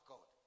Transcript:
God